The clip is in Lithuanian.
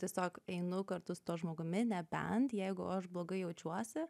tiesiog einu kartu su tuo žmogumi nebent jeigu aš blogai jaučiuosi